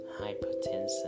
hypertension